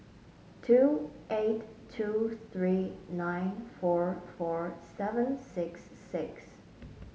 two eight two three nine four four seven six six